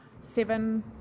seven